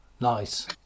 nice